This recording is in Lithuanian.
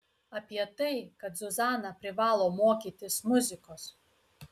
apie tai kad zuzana privalo mokytis muzikos